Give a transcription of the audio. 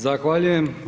Zahvaljujem.